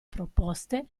proposte